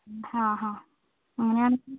ആഹാ അങ്ങനെയാണെങ്കിൽ